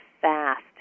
fast